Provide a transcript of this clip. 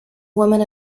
woman